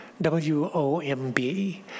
W-O-M-B